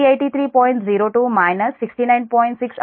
6 అవుతుంది